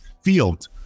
field